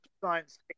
science